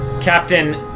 Captain